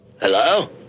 Hello